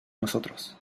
nosotros